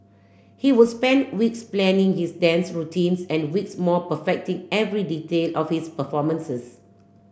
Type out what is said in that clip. he would spend weeks planning his dance routines and weeks more perfecting every detail of his performances